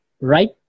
right